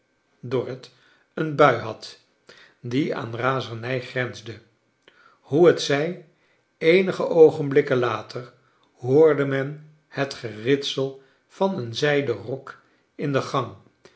dorrit een bui had die aan razernij grensde hoe t zij eenige oogenblikken later hoorde men het geritsel van een zijden rok in de gang